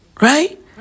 Right